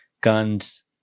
guns